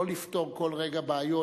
לא לפתור כל רגע בעיות.